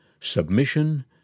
submission